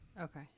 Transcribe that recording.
Okay